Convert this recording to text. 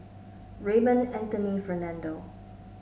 Raymond Anthony Fernando